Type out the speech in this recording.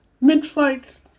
mid-flight